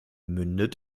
mündet